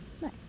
Nice